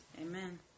Amen